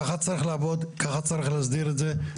כך צריך לעבוד, כך צריך להסדיר את זה.